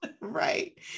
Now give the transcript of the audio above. right